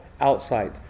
outside